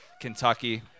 Kentucky